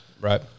Right